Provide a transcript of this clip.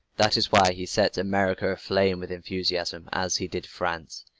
that is why he sets america aflame with enthusiasm, as he did france.